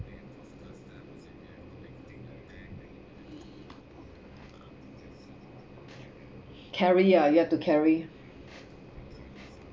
carry ah you have to carry